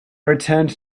returned